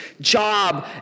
job